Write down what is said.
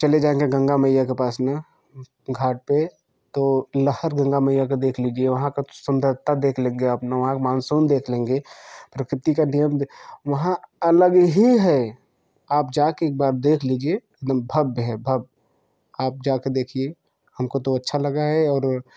चले जाएँगे गंगा मैया के पास ना घाट पर तो लहर गंगा मैया का देख लीजिए वहाँ का सुंदरता देख लेंगे ना आप वहाँ का मानसून देख लेंगे प्राकृतिक का नियम देख वहाँ अलग ही है आप जाकर एक बार देख लीजिए एकदम भव्य है भव्य आप जाकर देखिए हमको तो अच्छा लगा है और